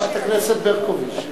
חברת הכנסת ברקוביץ.